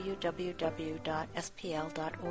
www.spl.org